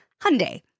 Hyundai